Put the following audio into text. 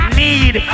need